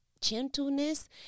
gentleness